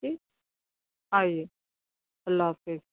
okay آئیے اللہ حافظ